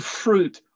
fruit